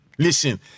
Listen